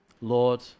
Lord